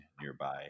nearby